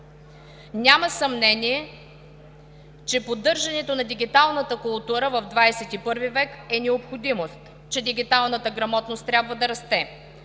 Няма съмнение, че поддържането на дигиталната култура в XII век е необходимост, че дигиталната грамотност трябва да расте,